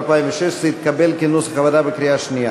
2016 התקבל כנוסח הוועדה בקריאה שנייה.